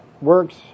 works